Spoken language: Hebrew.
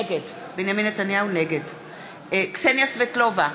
נגד קסניה סבטלובה,